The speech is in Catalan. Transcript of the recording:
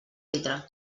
litre